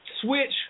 Switch